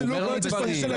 אם לא ניגע בזה,